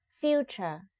future